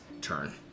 turn